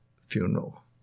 funeral